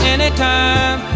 Anytime